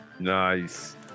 nice